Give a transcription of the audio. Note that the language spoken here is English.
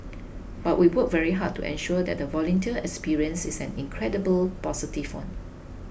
but we work very hard to ensure that the volunteer experience is an incredibly positive one